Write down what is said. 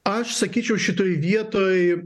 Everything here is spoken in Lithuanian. aš sakyčiau šitoj vietoj